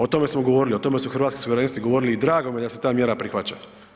O tome smo govorili, o tome su Hrvatski suverenisti govorili i drago mi je da se ta mjera prihvaća.